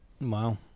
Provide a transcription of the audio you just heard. wow